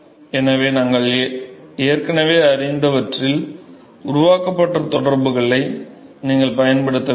எனவே நாங்கள் ஏற்கனவே அறிந்தவற்றில் உருவாக்கப்பட்ட தொடர்புகளை நீங்கள் பயன்படுத்த வேண்டும்